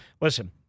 Listen